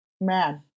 Man